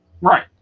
Right